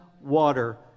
water